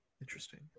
Interesting